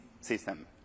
system